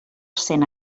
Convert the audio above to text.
cent